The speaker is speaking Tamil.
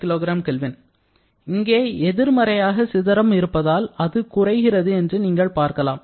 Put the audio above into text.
3842 kJkgK இங்கே எதிர்மறையாக சிதறம் இருப்பதால் அது குறைகிறது என்று நீங்கள் பார்க்கலாம்